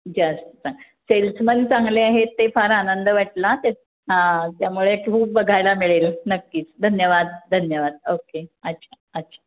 जास्त चां सेल्समन चांगले आहेत ते फार आनंद वाटला ते हां त्यामुळे खूप बघायला मिळेल नक्कीच धन्यवाद धन्यवाद ओके अच्छा अच्छा